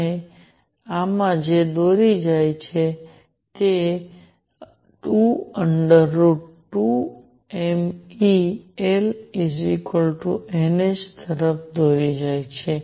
અને આમાં જે દોરી જાય છે તે 22mE Lnh તરફ દોરી જાય છે